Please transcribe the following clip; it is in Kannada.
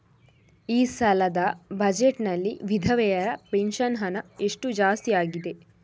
ಈ ಸಲದ ಬಜೆಟ್ ನಲ್ಲಿ ವಿಧವೆರ ಪೆನ್ಷನ್ ಹಣ ಎಷ್ಟು ಜಾಸ್ತಿ ಆಗಿದೆ?